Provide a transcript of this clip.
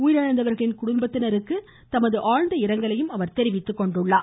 உயிரிழந்தவர்களின் குடும்பங்களுக்கு தமது ஆழ்ந்த இரங்கலையும் அவர் தெரிவித்துக்கொண்டுள்ளார்